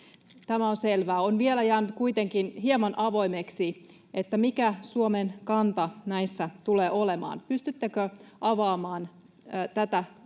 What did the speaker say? tämä on selvää. On vielä jäänyt kuitenkin hieman avoimeksi, mikä Suomen kanta näissä tulee olemaan. Pystyttekö avaamaan tätä